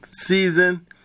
season